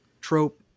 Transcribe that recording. trope